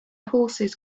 horses